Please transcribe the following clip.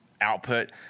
output